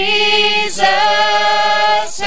Jesus